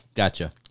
Gotcha